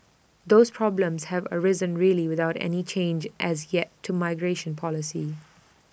those problems have arisen really without any change as yet to migration policy